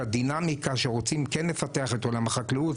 הדינמיקה שרוצים כן לפתח את עולם החקלאות,